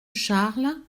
charles